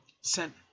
sent